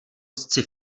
sci